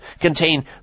contain